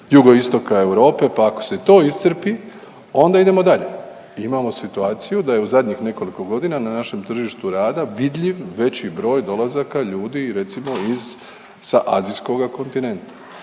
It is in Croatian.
Jugoistoka Europe, pa ako se to iscrpi onda idemo dalje. Imamo situaciju da je u zadnjih nekoliko godina na našem tržištu rada vidljiv veći broj dolazaka ljudi recimo iz, sa azijskoga kontinenta.